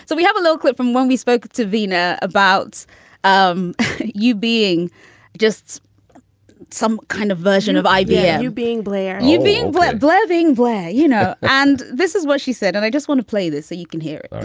so we have a little clip from when we spoke to veena about um you being just some kind of version of ibm being blair and you being gloving blair, you know, and this is what she said. and i just want to play this so you can hear it